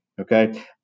Okay